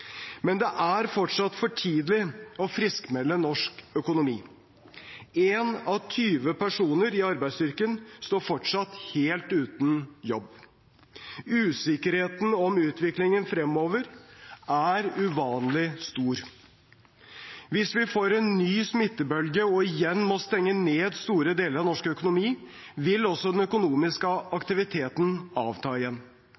Men det er fortsatt for tidlig å friskmelde norsk økonomi. 1 av 20 personer i arbeidsstyrken står fortsatt helt uten jobb. Usikkerheten om utviklingen fremover er uvanlig stor. Hvis vi får en ny smittebølge og igjen må stenge ned store deler av norsk økonomi, vil også den økonomiske